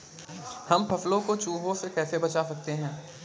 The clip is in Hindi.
हम फसलों को चूहों से कैसे बचा सकते हैं?